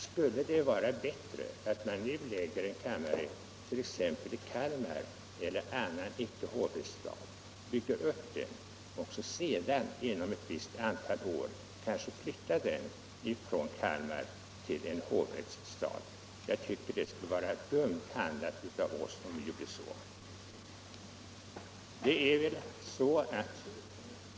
Skulle det verkligen vara bättre att lägga en kammarrätt t.ex. i Kalmar eller en annan stad som inte har hovrätt för att sedan om ett visst antal år tvingas flytta kammarrätten från Kalmar — eller någon annan stad — till en hovrättsstad? Jag tycker att det vore oklokt om vi handlade så.